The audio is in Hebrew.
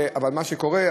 אבל מה שקורה,